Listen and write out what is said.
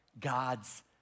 God's